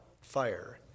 fire